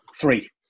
Three